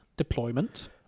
deployment